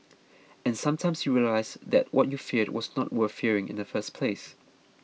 and sometimes you realise that what you feared was not worth fearing in the first place